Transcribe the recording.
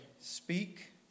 speak